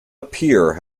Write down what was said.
appear